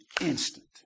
instant